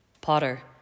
potter